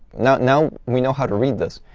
now now we know how to read this.